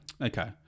Okay